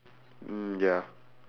mm ya